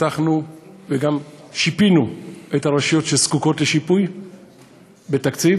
פתחנו וגם שיפינו את הרשויות שזקוקות לשיפוי בתקציב,